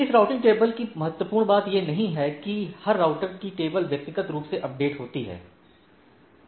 इस routing table कि महत्वपूर्ण बात यह नही कि हर राउटर की टेबल व्यक्तिगत रूप से अपडेट होती है